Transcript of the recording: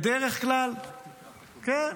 כן,